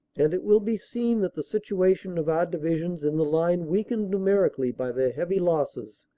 and it will be seen that the situation of our divisions in the line-weakened num erically by their heavy losses,